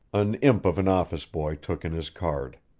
an imp of an office boy took in his card.